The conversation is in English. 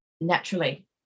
naturally